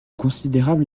considérable